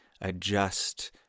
adjust